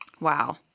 Wow